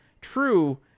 True